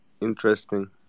interesting